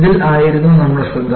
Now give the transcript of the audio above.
ഇതിൽ ആയിരുന്നു നമ്മുടെ ശ്രദ്ധ